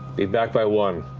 be back by one.